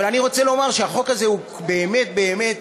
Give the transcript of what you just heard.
אבל אני רוצה לומר שהחוק הזה הוא באמת באמת